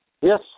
Yes